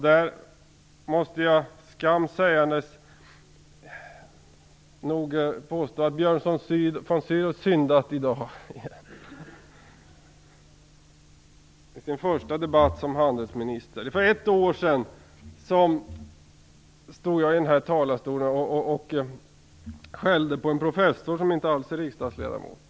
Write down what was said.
Där måste jag skam till sägandes nog påstå att Björn von Sydow syndat i dag, i sin första debatt som handelsminister. För ett år sedan stod jag här i talarstolen och skällde på en professor som inte alls är riksdagsledamot.